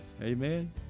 Amen